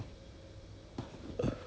ya ya ya then 还有